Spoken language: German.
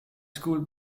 school